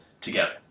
together